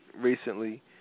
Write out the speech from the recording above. recently